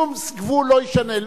שום גבול לא ישנה,